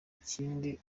ikindi